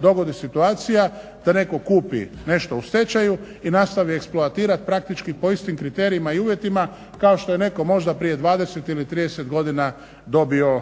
dogodi situacija da netko kupi nešto u stečaju i nastavi eksploatirat praktički po istim kriterijima i uvjetima kao što je netko možda prije 20 ili 30 godina dobio